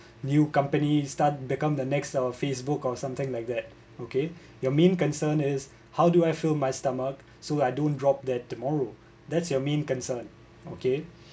new companies start become the next uh Facebook or something like that okay your main concern is how do I fill my stomach so I don't drop that tomorrow that's your main concern okay